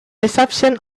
reception